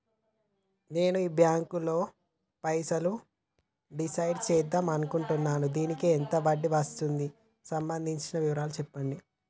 నేను ఈ బ్యాంకులో పైసలు డిసైడ్ చేద్దాం అనుకుంటున్నాను దానికి ఎంత వడ్డీ వస్తుంది దానికి సంబంధించిన వివరాలు చెప్పండి?